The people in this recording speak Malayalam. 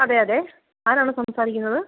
അതെ അതെ ആരാണ് സംസാരിക്കുന്നത്